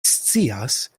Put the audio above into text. scias